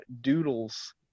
doodles